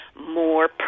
more